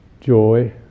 joy